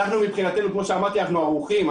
אנחנו מבחינתנו, כמו שאמרתי, ערוכים.